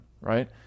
Right